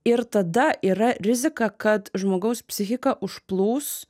ir tada yra rizika kad žmogaus psichiką užplūs